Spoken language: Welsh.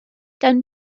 gan